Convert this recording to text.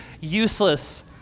useless